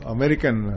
American